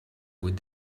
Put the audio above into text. with